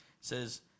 says